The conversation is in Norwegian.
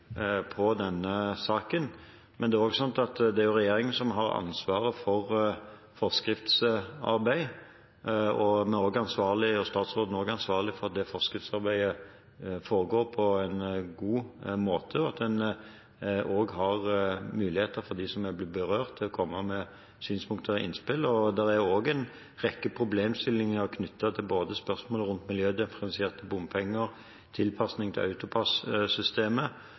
denne saken. Men det er slik at det er regjeringen som har ansvar for forskriftsarbeid, og statsråden er ansvarlig for at forskriftsarbeidet foregår på en god måte, og at det også er muligheter for dem som blir berørt, til å komme med synspunkter og innspill. Det er også en rekke problemstillinger knyttet til både spørsmålet rundt miljødifferensierte bompenger og tilpasning til